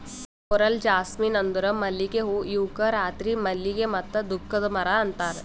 coral jasmine ಅಂದುರ್ ಮಲ್ಲಿಗೆ ಹೂವು ಇವುಕ್ ರಾತ್ರಿ ಮಲ್ಲಿಗೆ ಮತ್ತ ದುಃಖದ ಮರ ಅಂತಾರ್